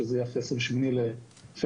שזה אחרי ה-28 בפברואר.